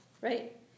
right